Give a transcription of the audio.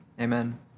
Amen